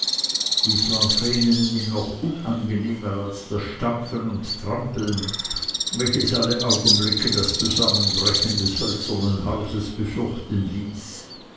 dies war vreneli noch unangenehmer als das stampfen und trampeln welches alle augenblicke das zusammenbrechen des hölzernen hauses befürchten ließ